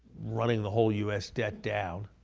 running the whole us debt down,